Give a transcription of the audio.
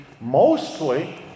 mostly